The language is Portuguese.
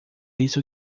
isso